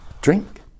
drink